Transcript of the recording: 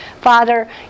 Father